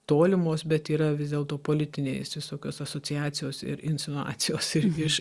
tolimos bet yra vis dėlto politinės visokios asociacijos ir insinuacijos ir viš